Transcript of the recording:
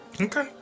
Okay